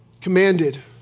commanded